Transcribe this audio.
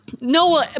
No